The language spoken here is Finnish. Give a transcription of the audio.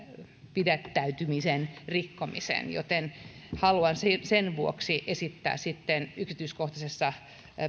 pidättäytymisen rikkomista joten haluan sen vuoksi esittää sitten yksityiskohtaisessa